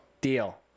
Deal